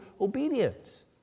obedience